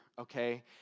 okay